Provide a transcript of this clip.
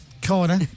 Corner